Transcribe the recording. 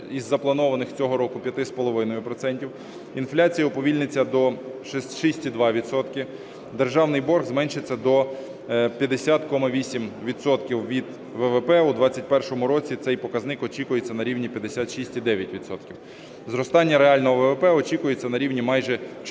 із запланованих цього року 5,5 процента. Інфляція уповільниться до 6,2 відсотка. Державний борг зменшиться до 50,8 відсотка від ВВП, у 2021 році цей показник очікується на рівні 56,9 відсотка. Зростання реального ВВП очікується на рівні майже 4